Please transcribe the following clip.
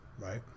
Right